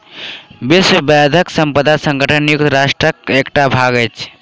विश्व बौद्धिक संपदा संगठन संयुक्त राष्ट्रक एकटा भाग अछि